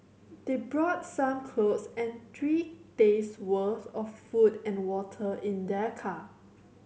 they brought some clothes and three days' worth of food and water in their car